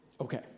Okay